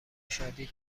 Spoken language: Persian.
شادی